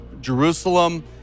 Jerusalem